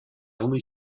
only